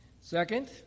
Second